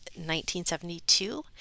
1972